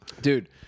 Dude